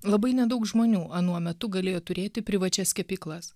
labai nedaug žmonių anuo metu galėjo turėti privačias kepyklas